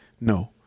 No